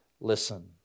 listen